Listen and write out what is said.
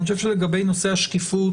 אני חושב שלגבי נושא השקיפות,